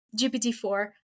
GPT-4